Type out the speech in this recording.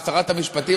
שרת המשפטים,